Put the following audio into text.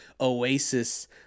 oasis